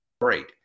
great